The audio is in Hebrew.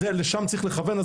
לשם צריך לכוון.